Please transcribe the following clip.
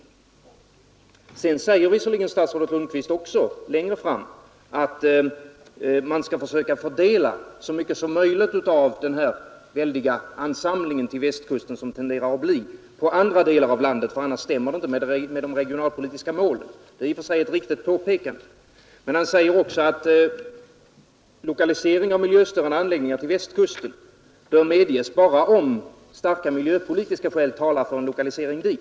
Längre fram säger visserligen statsrådet Lundkvist också att man skall försöka fördela så mycket som möjligt av den här väldiga ansamlingen till Västkusten, som tenderar att uppkomma, på andra delar av landet, för annars stämmer det inte med de regionalpolitiska målen. Det är i och för sig ett riktigt påpekande. Men statsrådet säger också att lokalisering av miljöstörande anläggningar till Västkusten bör medges bara om starka miljöpolitiska skäl talar för en lokalisering dit.